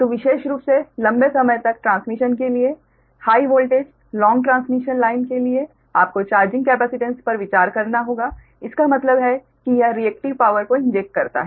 तो विशेष रूप से लंबे समय तक ट्रांसमिशन के लिए high voltage long transmission line के लिए आपको चार्जिंग कैपेसिटेंस पर विचार करना होगा इसका मतलब है कि यह रिएक्टिव पावर को इंजेक्ट करता है